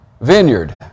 vineyard